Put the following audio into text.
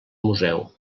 museu